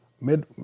mid